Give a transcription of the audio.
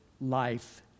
life